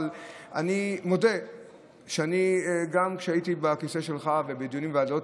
אבל אני מודה שגם כשהייתי בכיסא שלך ובדיונים בוועדות,